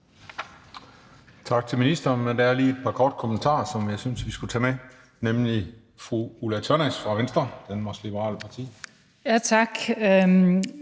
Tak til ministeren. Der er lige et par korte bemærkninger, som jeg synes vi skal tage med. Det er først fru Ulla Tørnæs fra Venstre, Danmarks Liberale Parti. Kl.